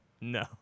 no